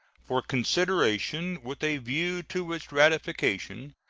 for consideration with a view to its ratification,